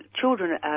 children